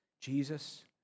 Jesus